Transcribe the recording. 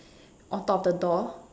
on top the door